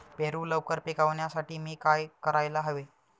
पेरू लवकर पिकवण्यासाठी मी काय करायला हवे?